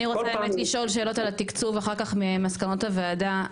אני רוצה האמת לשאול שאלות על התקצוב אחר כך ממסקנות הוועדה,